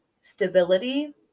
stability